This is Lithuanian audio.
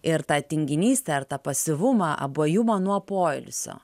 ir tą tinginystę ar tą pasyvumą abuojumą nuo poilsio